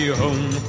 home